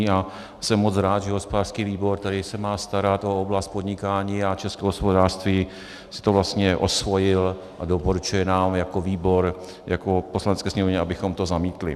Jsem moc rád, že hospodářský výbor, který se má starat o oblast podnikání a české hospodářství, si to vlastně osvojil a doporučuje nám jako výbor, Poslanecké sněmovně, abychom to zamítli.